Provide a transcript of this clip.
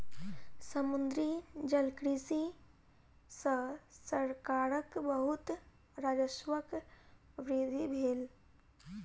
समुद्री जलकृषि सॅ सरकारक बहुत राजस्वक वृद्धि भेल